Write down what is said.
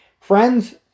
Friends